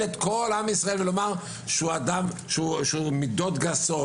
את כל עם ישראל ולומר שהוא מידות גסות,